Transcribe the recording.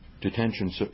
detention